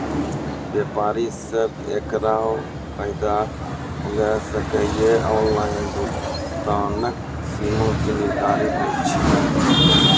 व्यापारी सब एकरऽ फायदा ले सकै ये? ऑनलाइन भुगतानक सीमा की निर्धारित ऐछि?